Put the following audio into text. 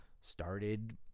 started